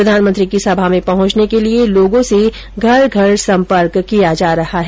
प्रधानमंत्री की सभा में पहुंचने के लिये लोगों से घर घर संपर्क किया जा रहा है